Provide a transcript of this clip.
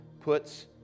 puts